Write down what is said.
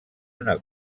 una